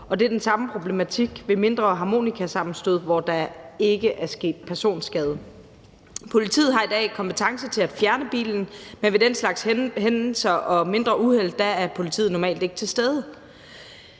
det er den samme problematik ved mindre harmonikasammenstød, hvor der ikke er sket personskade. Politiet har i dag kompetence til at fjerne bilen, men ved den slags hændelser og mindre uheld er politiet normalt ikke til stede.